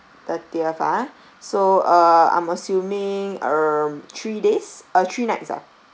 thirtieth ah so uh I'm assuming um three days uh three nights ah